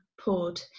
poured